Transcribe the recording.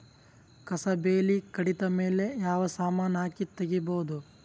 ಕಸಾ ಬೇಲಿ ಕಡಿತ ಮೇಲೆ ಯಾವ ಸಮಾನ ಹಾಕಿ ತಗಿಬೊದ?